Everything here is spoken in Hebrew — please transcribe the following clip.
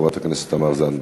חברת הכנסת תמר זנדברג.